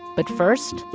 but first,